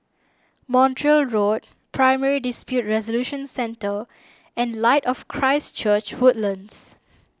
Montreal Road Primary Dispute Resolution Centre and Light of Christ Church Woodlands